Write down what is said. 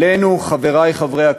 עלינו, חברי חברי הכנסת,